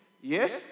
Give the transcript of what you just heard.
Yes